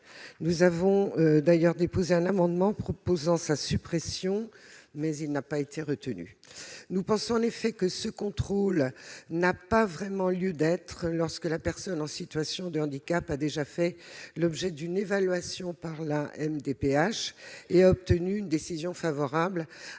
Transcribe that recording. Nous avions d'ailleurs déposé un amendement visant à sa suppression, mais il n'a pas été retenu. Nous pensons en effet que ce contrôle n'a pas vraiment lieu d'être lorsque la personne en situation de handicap a déjà fait l'objet d'une évaluation par la MDPH et a obtenu une décision favorable à sa